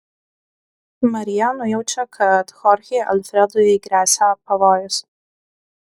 marija nujaučia kad chorchei alfredui gresia pavojus